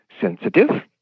sensitive